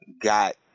got